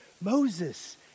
Moses